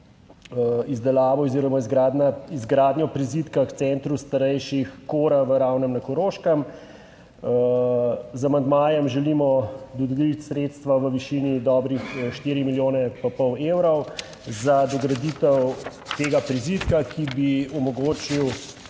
izdelavo oziroma izgradnja izgradnjo prizidka k centru starejših Kora v Ravnem na Koroškem. Z amandmajem želimo dodeliti sredstva v višini dobrih 4 milijone in pol evrov za dograditev tega prizidka, ki bi omogočil,